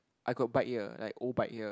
I got bike like old bike here